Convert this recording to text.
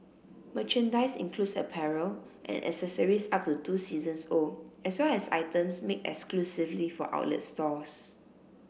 merchandise includes apparel and accessories up to two seasons old as well as items made exclusively for outlet stores